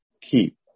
keep